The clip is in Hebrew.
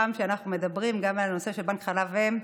בכל פעם שאנחנו מדברים גם על הנושא של בנק חלב אם,